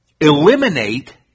eliminate